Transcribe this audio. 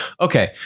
Okay